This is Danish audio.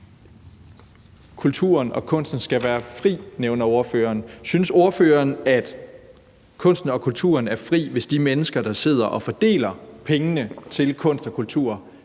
Kulturen og kunsten skal være fri, nævner ordføreren. Synes ordføreren, at kunsten og kulturen er fri, hvis de mennesker, der sidder og fordeler pengene til kunst og kultur,